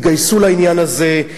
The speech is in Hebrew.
התגייסו לעניין הזה,